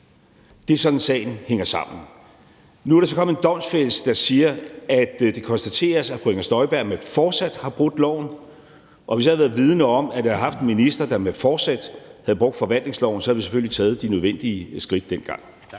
Det er sådan, sagen hænger sammen. Nu er der så kommet en domfældelse, der siger, at det konstateres, at fru Inger Støjberg med forsæt har brudt loven. Og hvis jeg havde været vidende om, at jeg havde en minister, der med forsæt havde brudt forvaltningsloven, havde vi selvfølgelig taget de nødvendige skridt dengang.